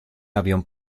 avión